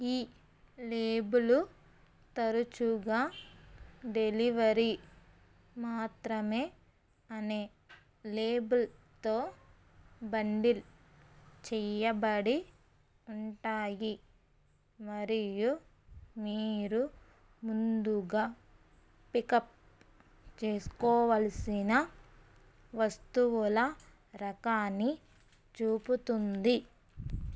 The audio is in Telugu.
ఈ లేబులు తరచుగా డెలివరి మాత్రమే అనే లేబుల్ తో బండిల్ చెయ్యబడి ఉంటాయి మరియు మీరు ముందుగా పికప్ చేసుకోవల్సిన వస్తువుల రకాన్ని చూపుతుంది